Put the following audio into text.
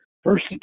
First